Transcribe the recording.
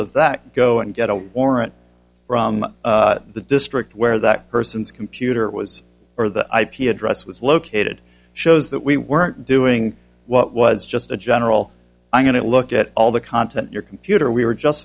of that go and get a warrant from the district where that person's computer was or the ip address was located shows that we weren't doing what was just a general i'm going to look at all the content your computer we were just